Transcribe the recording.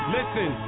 Listen